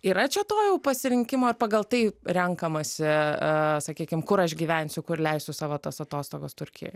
yra čia to jau pasirinkimo ir pagal tai renkamasi sakykim kur aš gyvensiu kur leisiu savo tas atostogas turkijoj